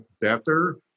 better